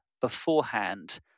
beforehand